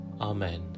Amen